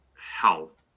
health